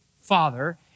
Father